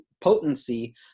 potency